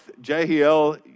Jehiel